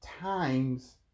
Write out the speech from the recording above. times